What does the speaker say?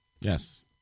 Yes